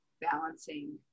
balancing